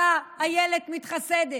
אותה אילת מתחסדת?